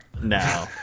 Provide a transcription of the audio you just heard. No